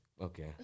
Okay